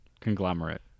Conglomerate